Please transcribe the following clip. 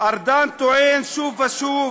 ארדן טוען שוב ושוב